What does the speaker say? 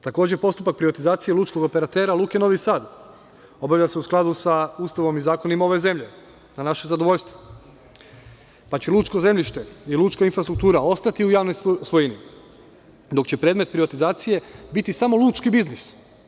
Takođe, postupak privatizacije lučkih operatera luke Novi Sad obavlja se u skladu sa Ustavom i zakonima ove zemlje na naše zadovoljstvo, pa će lučko zemljište i lučka infrastruktura ostati u javnoj svojini, dok će predmet privatizacije biti samo lučki biznis.